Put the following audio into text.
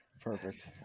perfect